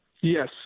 Yes